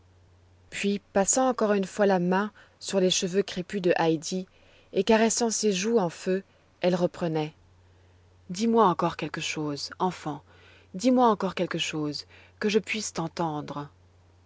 puis passant encore une fois la main sur les cheveux crêpus de heidi et caressant ses joues en feu elle reprenait dis-moi encore quelque chose enfant dis-moi encore quelque chose que je puisse t'entendre